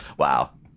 Wow